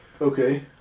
Okay